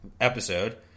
episode